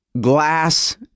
glass